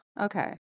okay